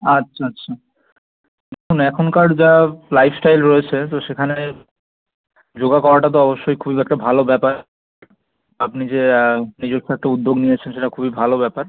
আচ্ছা আচ্ছা এখনকার যা লাইফস্টাইল রয়েছে তো সেখানে যোগা করাটা তো অবশ্যই খুবই একটা ভালো ব্যাপার আপনি যে নিজের থেকে একটা উদ্যোগ নিয়েছেন সেটা খুবই ভালো ব্যাপার